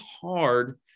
hard